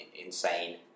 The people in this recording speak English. insane